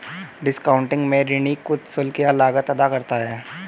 discounting में ऋणी कुछ शुल्क या लागत अदा करता है